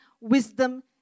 wisdom